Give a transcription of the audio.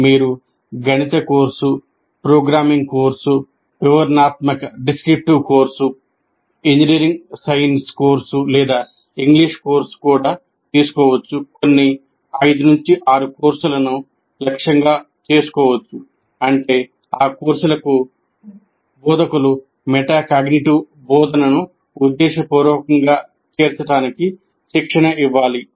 మీరు గణిత course programming course వివరణాత్మక కోర్సు ఇంజనీరింగ్ సైన్స్ కోర్సు లేదా ఇంగ్లీష్ కోర్సు కూడా తీసుకోవచ్చు కొన్ని కోర్సులను లక్ష్యంగా చేసుకోవచ్చు అంటే ఆ కోర్సులకు బోధకులకు మెటాకాగ్నిటివ్ బోధనను ఉద్దేశపూర్వకంగా చేర్చడానికి శిక్షణ ఇవ్వాలి